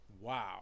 Wow